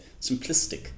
simplistic